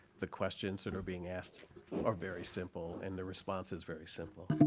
the questions that are being asked are very simple. and the response is very simple.